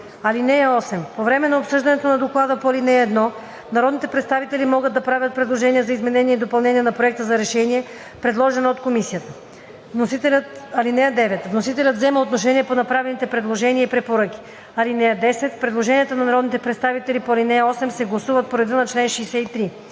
(8) По време на обсъждането на доклада по ал. 1 народните представители могат да правят предложения за изменения и допълнения на проекта за решение, предложен от комисията. (9) Вносителят взема отношение по направените предложения и препоръки. (10) Предложенията на народните представители по ал. 8 се гласуват по реда на чл. 63.